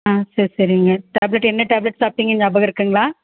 ஆ சேரி சரிங்க டேப்லெட் என்ன டேப்லெட் சாப்பிட்டிங்க ஞாபகம் இருக்குங்களா